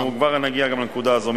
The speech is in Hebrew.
אנחנו כבר נגיע גם לנקודה הזאת.